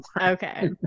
Okay